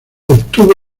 obtuvo